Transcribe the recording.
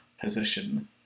position